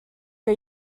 que